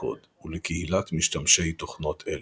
הקוד ולקהילת משתמשי תוכנות אילו.